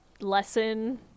lesson